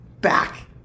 back